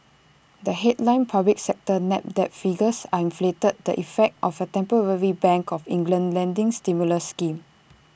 the headline public sector net debt figures are inflated the effect of A temporary bank of England lending stimulus scheme